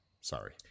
Sorry